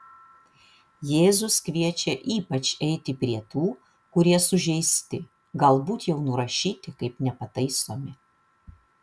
jėzus kviečia ypač eiti prie tų kurie sužeisti galbūt jau nurašyti kaip nepataisomi